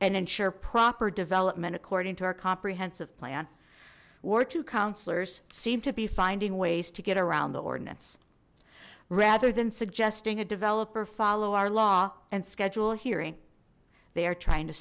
and ensure proper development according to our comprehensive plan war two councilors seem to be finding ways to get around the ordinance rather than suggesting a developer follow our law and schedule a hearing they are trying to